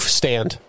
stand